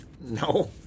No